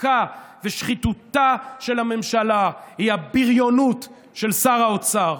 ניתוקה ושחיתותה של הממשלה הבריונות של שר האוצר.